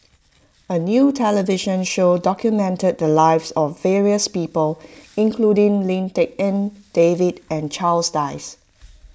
a new television show documented the lives of various people including Lim Tik En David and Charles Dyce